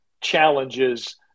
challenges